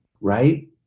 Right